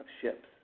ships